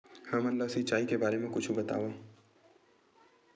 हमन ला सिंचाई के बारे मा कुछु बतावव?